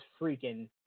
freaking